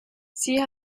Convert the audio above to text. sie